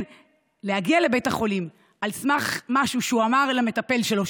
הגיע לבית החולים על סמך משהו שהוא אמר למטפל שלו,